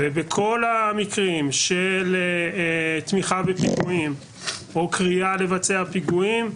ובכל המקרים של תמיכה בפיגועים או קריאה לבצע פיגועים,